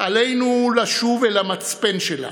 עלינו לשוב אל המצפן שלנו.